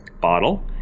bottle